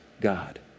God